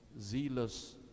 zealous